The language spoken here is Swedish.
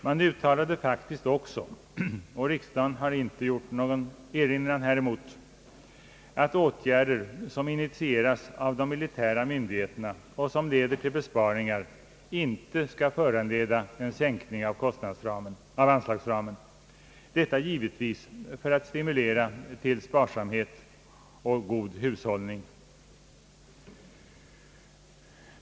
Man uttalade faktiskt också — och riksdagen hade icke någon erinran härvidlag — att åtgärder som initieras av de militära myndigheterna och som leder till besparingar skall föranleda sänkning av anslagsramen; detta givetvis för att stimulera till sparsamhet och god hushållning.